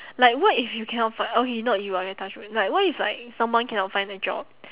like what if you cannot fi~ okay not you ah touch wood like what if like someone cannot find a job